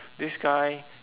this guy